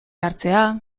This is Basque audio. hartzea